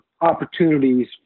opportunities